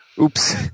Oops